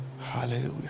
hallelujah